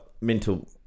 mental